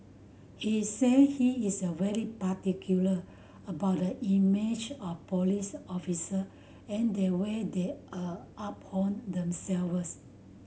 he said he is very particular about the image of police officer and the way they are uphold themselves